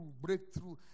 breakthrough